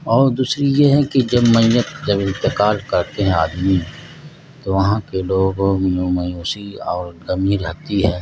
اور دوسری یہ ہے کہ جب میت جب انتقال کرتے ہیں آدمی تو وہاں کے لوگوں میں مایوسی اور غمی رہتی ہے